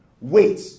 Wait